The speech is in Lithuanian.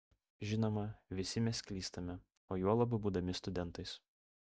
žinoma visi mes klystame o juolab būdami studentais